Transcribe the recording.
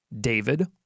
David